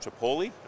Chipotle